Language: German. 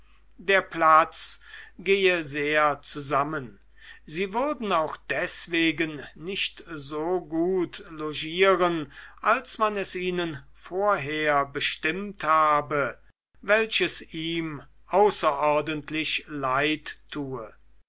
der platz gehe sehr zusammen sie würden auch deswegen nicht so gut logieren als man es ihnen vorher bestimmt habe welches ihm außerordentlich leid tue